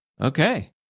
Okay